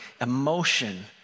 emotion